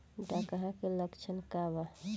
डकहा के लक्षण का वा?